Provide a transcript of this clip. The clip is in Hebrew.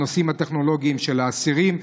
הנושאים הטכנולוגיים של האסירים.